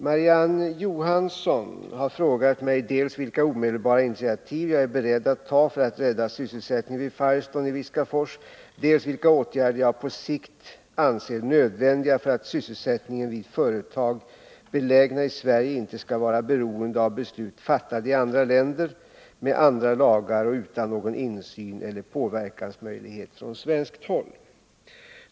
Marie-Ann Johansson har frågat mig dels vilka omedelbara initiativ jag är beredd att ta för att rädda sysselsättningen vid Firestone i Viskafors, dels vilka åtgärder jag på sikt anser nödvändiga för att sysselsättningen vid företag belägna i Sverige inte skall vara beroende av beslut fattade i andra länder, med andra lagar och utan någon insyn eller påverkansmöjligheter från svenskt håll.